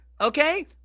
Okay